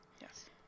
yes